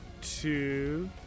two